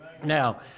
Now